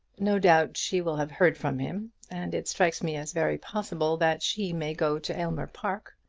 no doubt she will have heard from him and it strikes me as very possible that she may go to aylmer park.